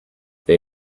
they